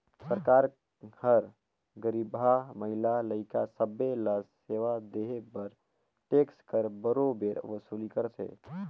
सरकार हर गरीबहा, महिला, लइका सब्बे ल सेवा देहे बर टेक्स कर बरोबेर वसूली करथे